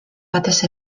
batez